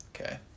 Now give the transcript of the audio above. Okay